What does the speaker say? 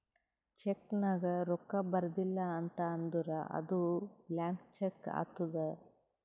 check ನಾಗ್ ರೊಕ್ಕಾ ಬರ್ದಿಲ ಅಂತ್ ಅಂದುರ್ ಅದು ಬ್ಲ್ಯಾಂಕ್ ಚೆಕ್ ಆತ್ತುದ್